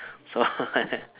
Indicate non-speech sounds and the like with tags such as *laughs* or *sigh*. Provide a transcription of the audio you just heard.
so *laughs*